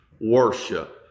worship